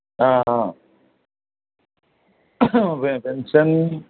ആ അ പെൻഷൻ